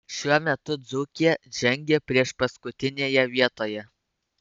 šiuo metu dzūkija žengia priešpaskutinėje vietoje